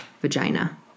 vagina